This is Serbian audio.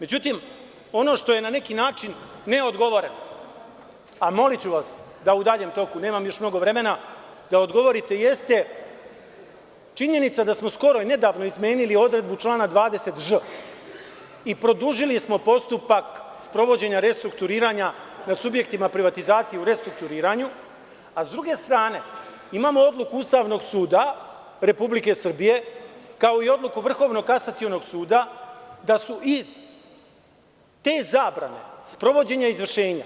Međutim, ono što je na neki način ne odgovoreno, a moliću vas da u daljem toku, nemam još mnogo vremena, da odgovorite, jeste, činjenica je da smo skoro i nedavno izmenili odredbu člana 20ž i produžili smo postupak sprovođenja restrukturiranja nad subjektima privatizacije u restrukturiranju, a sa druge strane, imamo odluku Ustavnog suda Republike Srbije, kao i odluku Vrhovnog kasacionog suda da su iz te zabrane sprovođenja izvršenja